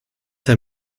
herr